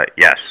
Yes